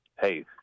hey